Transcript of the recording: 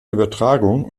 übertragung